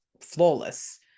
flawless